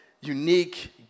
unique